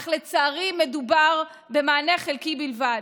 אך לצערי מדובר במענה חלקי בלבד.